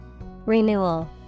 Renewal